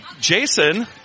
Jason